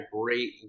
great